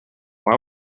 why